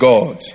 God